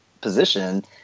position